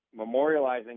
memorializing